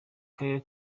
karere